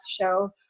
show